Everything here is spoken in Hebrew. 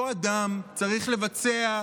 אותו אדם צריך לבצע,